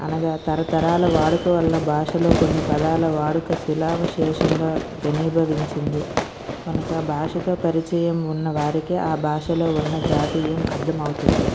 అనగా తరతరాల వాడుక వల్ల భాషలో కొన్ని పదాల వాడుక శిలా విశేషంగా గణిభవించింది కనుక భాషతో పరిచయం ఉన్నవారికి ఆ భాషలో ఉన్న జాతీయం అర్థం అవుతుంది